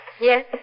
Yes